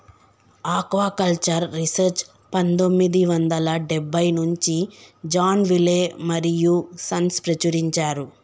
aquaculture research పందొమ్మిది వందల డెబ్బై నుంచి జాన్ విలే మరియూ సన్స్ ప్రచురించారు